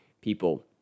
people